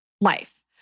life